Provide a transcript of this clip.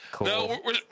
No